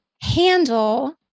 handle